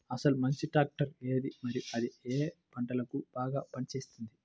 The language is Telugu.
అసలు మంచి ట్రాక్టర్ ఏది మరియు అది ఏ ఏ పంటలకు బాగా పని చేస్తుంది?